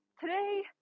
today